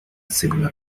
similar